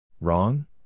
Wrong